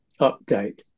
update